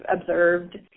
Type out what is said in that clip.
observed